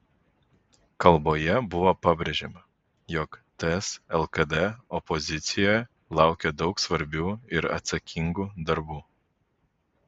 kalboje buvo pabrėžiama jog ts lkd opozicijoje laukia daug svarbių ir atsakingų darbų